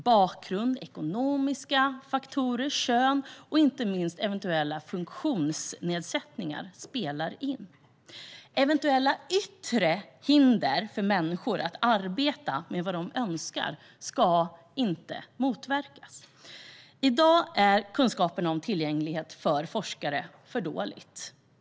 Bakgrund, ekonomiska faktorer, kön och inte minst eventuella funktionsnedsättningar spelar in. Eventuella yttre hinder för människor att arbeta med vad de önskar ska motverkas. I dag är kunskaperna om tillgängligheten för forskare för dåliga.